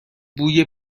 بوی